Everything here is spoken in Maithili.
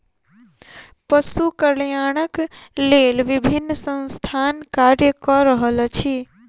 पशु कल्याणक लेल विभिन्न संस्थान कार्य क रहल अछि